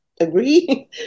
agree